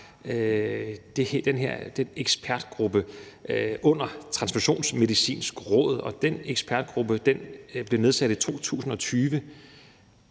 den her ekspertgruppe under Transfusionsmedicinsk Råd. Den ekspertgruppe blev nedsat i 2020,